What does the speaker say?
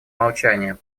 молчания